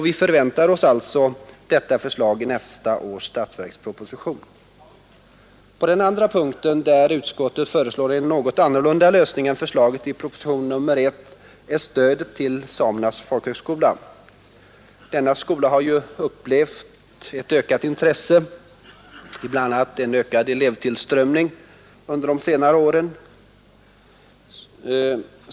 Vi förväntar oss alltså ett dylikt förslag i nästa års statsverksproposition. Den andra punkten där utskottet föreslår en något annorlunda lösning än som föreslagits i propositionen nr 1 gäller stödet till Samernas folkhögskola. Denna skola har ju upplevt ett ökat intresse — bl.a. ökad elevtillströmning — under de senare åren.